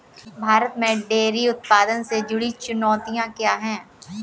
भारत में डेयरी उत्पादन से जुड़ी चुनौतियां क्या हैं?